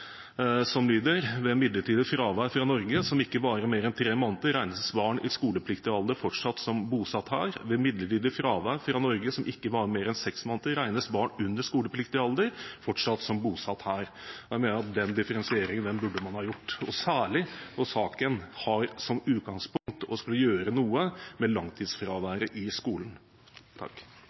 Forslaget lyder: «I lov 8. mars 2002 nr. 4 om barnetrygd skal § 4 tredje ledd første og annet punktum lyde: Ved midlertidig fravær fra Norge som ikke varer mer enn tre måneder, regnes barn i skolepliktig alder fortsatt som bosatt her. Ved midlertidig fravær fra Norge som ikke varer mer enn seks måneder, regnes barn under skolepliktig alder fortsatt som bosatt her. Nåværende § 4 tredje ledd annet punktum blir nytt tredje punktum.» Senterpartiet, Sosialistisk Venstreparti og